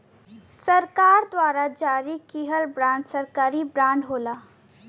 सरकार द्वारा जारी किहल बांड सरकारी बांड होला